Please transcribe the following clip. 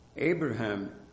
Abraham